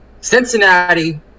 Cincinnati